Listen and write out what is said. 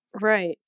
Right